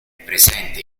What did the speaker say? presente